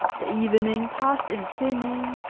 the evening passed in singing,